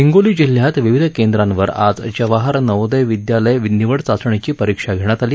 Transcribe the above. हिंगोली जिल्ह्यात विविध केंद्रावर आज जवाहर नवोदय विदयालय निवड चाचणीची परीक्षा घेण्यात आली